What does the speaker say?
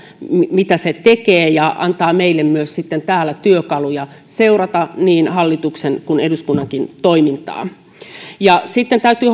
mitä se tekee ja siitä miten se antaa meille myös sitten täällä työkaluja seurata niin hallituksen kuin eduskunnankin toimintaa sitten täytyy